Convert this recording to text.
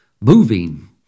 moving